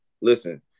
Listen